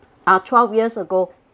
ah twelve years ago